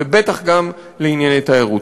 ובטח גם לענייני תיירות.